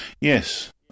Yes